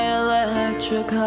electric